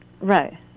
right